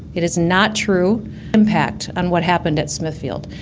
it is not true impact on what happened at smithfield,